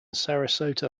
sarasota